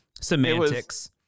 semantics